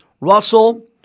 Russell